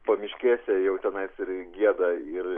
pamiškėse jau tenais ir gieda ir